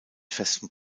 festen